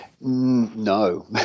No